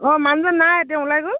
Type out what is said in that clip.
অঁ মানুহজন নাই এতিয়া ওলাই গ'ল